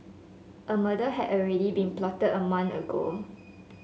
a murder had already been plotted a month ago